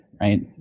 right